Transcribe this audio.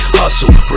hustle